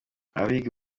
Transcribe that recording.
abiga